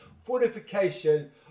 fortification